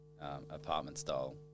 apartment-style